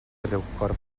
riucorb